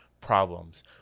problems